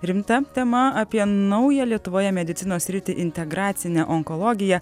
rimta tema apie naują lietuvoje medicinos sritį integracinė onkologija